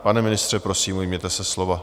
Pane ministře, prosím, ujměte se slova.